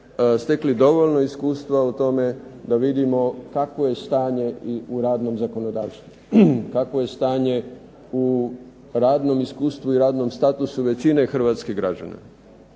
stekli dovoljno iskustva u tome da vidimo kakvo je stanje u radnom zakonodavstvu, kakvo je stanje u radnom iskustvu i radnom statusu većine Hrvatskih građana.